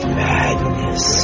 madness